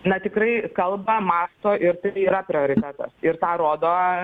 na tikrai kalba mąsto ir tai yra prioritetas ir tą rodo